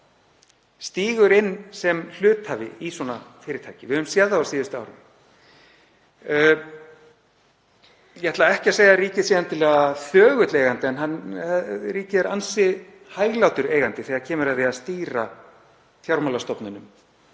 stígur inn sem hluthafi í svona fyrirtæki. Við höfum séð það á síðustu árum. Ég ætla ekki að segja að ríkið sé endilega þögull eigandi en ríkið er ansi hæglátur eigandi þegar kemur að því að stýra fjármálastofnunum.